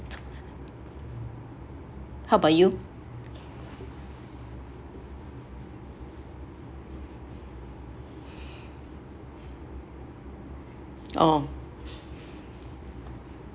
how about you oh